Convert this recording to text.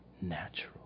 natural